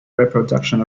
reproduction